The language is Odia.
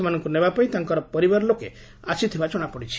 ସେମାନଙ୍କୁ ନେବା ପାଇଁ ତାଙ୍କର ପରିବାର ଲୋକ ଆସିଥିବା ଜଣାପଡିଛି